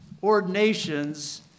ordinations